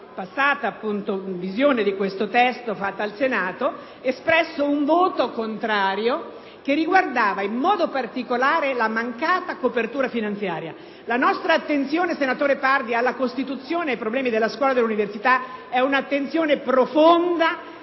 passata stesura di questo testo al Senato espresso un voto contrario che riguardava in modo particolare la mancata copertura finanziaria. La nostra attenzione, senatore Pardi, alla Costituzione ed ai problemi della scuola e dell’universita eprofonda